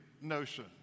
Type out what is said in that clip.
notion